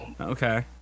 Okay